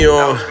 on